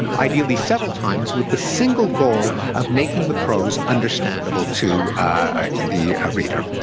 um ideally several times, with the single goal of making the prose understandable to the reader.